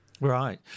right